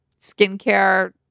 skincare